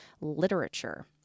literature